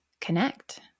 connect